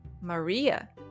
Maria